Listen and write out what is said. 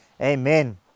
amen